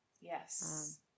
Yes